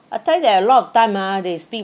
I tell you that a lot of time ah they speak